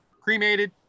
cremated